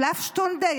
שלאף שטונדה?